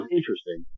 interesting